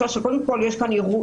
לחוק